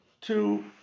two